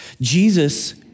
Jesus